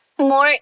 more